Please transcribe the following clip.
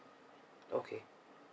okay